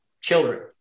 children